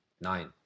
Nine